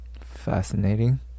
Fascinating